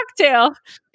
cocktail